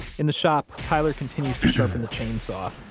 in the shop, tyler continues to sharpen the chainsaw,